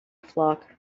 flock